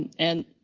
and,